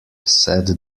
said